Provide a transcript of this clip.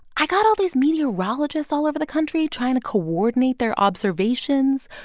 i got all these meteorologists all over the country trying to coordinate their observations.